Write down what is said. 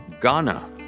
Ghana